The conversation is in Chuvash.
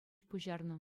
пуҫарнӑ